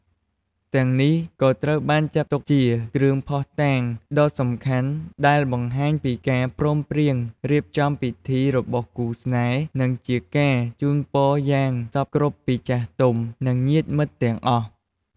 ទាំងនេះក៏ត្រូវបានចាត់ទុកជា គ្រឿងភ័ស្តុតាង ដ៏សំខាន់ដែលបង្ហាញពីការព្រមព្រៀងរៀបចំពិធីរបស់គូស្នេហ៍ និងជាការជូនពរយ៉ាងសព្វគ្រប់ពីចាស់ទុំ និងញាតិមិត្តទាំងអស់។